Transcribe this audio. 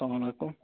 سلامُ علیکُم